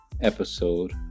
episode